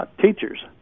teachers